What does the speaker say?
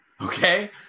okay